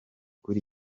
kuri